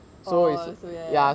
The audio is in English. oh so ya ya ya